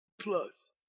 plus